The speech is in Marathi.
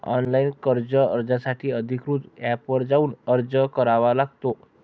ऑनलाइन कर्ज अर्जासाठी अधिकृत एपवर जाऊन अर्ज करावा लागतो